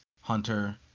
Hunter